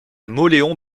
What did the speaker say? mauléon